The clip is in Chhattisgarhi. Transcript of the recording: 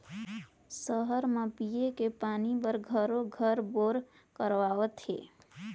सहर म पिये के पानी बर घरों घर बोर करवावत हें